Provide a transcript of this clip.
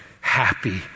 happy